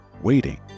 waiting